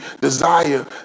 desire